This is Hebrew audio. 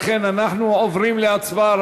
לכן אנחנו עוברים להצבעה.